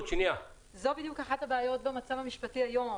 מה המצב המשפטי היום?